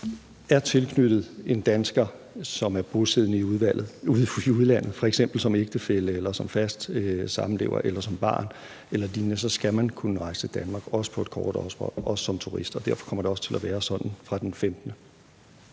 er tilknyttet en dansker, som er bosiddende i udlandet, f.eks. som ægtefælle eller som fast samlever eller som barn eller lignende, så skal man kunne rejse til Danmark, også på et kort ophold, også som turist. Derfor kommer det også til at være sådan fra den 15.